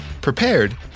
prepared